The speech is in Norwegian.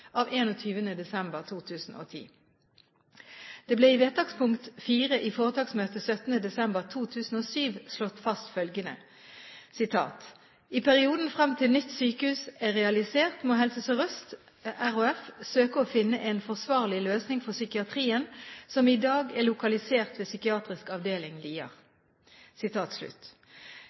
av 21. desember 2010. Det ble i vedtakspunkt 4 i foretaksmøtet 17. desember 2007 slått fast følgende: «I perioden fram til nytt sykehus er realisert må Helse Sør-Øst RHF søke å finne en forsvarlig løsning for psykiatrien som i dag er lokalisert ved psykiatrisk avdeling